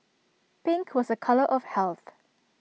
pink was A colour of health